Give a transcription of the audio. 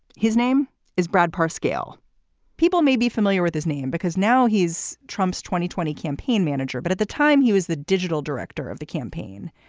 his name is brad pasa scale people may be familiar with his name because now he's trump's twenty twenty campaign manager. but at the time, he was the digital director of the campaign.